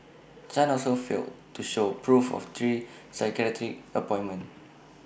chan also failed to show proof of three psychiatric appointments